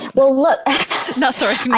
well, look you know sorry.